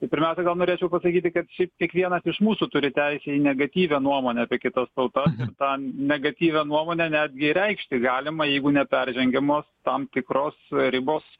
tai pirmiausia gal norėčiau pasakyti kad šiaip kiekvienas iš mūsų turi teisę į negatyvią nuomonę apie kitas tautas ir tą negatyvią nuomonę netgi ir reikšti galima jeigu neperžengiamos tam tikros ribos